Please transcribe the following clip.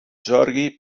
zorgi